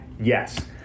Yes